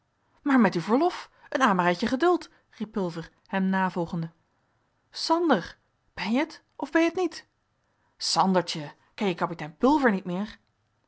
maar met uw verlof een amerijtje geduld riep pulver hem navolgende sander ben je t of ben je t niet sandertje ken je kapitein pulver niet meer